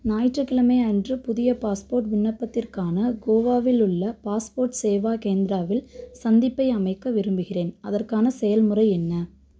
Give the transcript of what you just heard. ஞாயிற்றுக்கிழமை அன்று புதிய பாஸ்போர்ட் விண்ணப்பத்திற்கான கோவாவில் உள்ள பாஸ்போர்ட் சேவா கேந்திராவில் சந்திப்பை அமைக்க விரும்புகிறேன் அதற்கான செயல்முறை என்ன